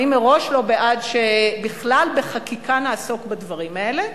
אני מראש לא בעד שבחקיקה נעסוק בכלל בדברים האלה,